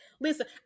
Listen